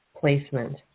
placement